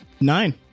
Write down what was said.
nine